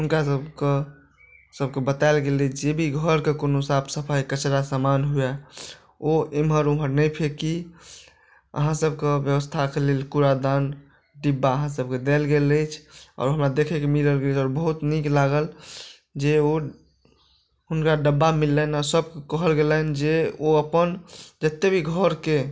हुनका सबके बताएल गेल अछि जेभी घरके कोनो साफ सफाइ कचराके सामान हुअए ओ एम्हर ओम्हर नहि फेकी अहाँ सबके बेबस्थाके लेल कूड़ादान डिब्बा अहाँ सबके देल गेल अछि आओर हमरा देखैके मिलल जेकि बहुत नीक लागल जे ओ हुनका डिब्बा मिललनि आओर सब कहल गेलनि जे ओ अपन जतेक भी घरके